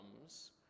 comes